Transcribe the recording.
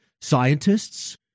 scientists